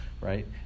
right